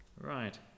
right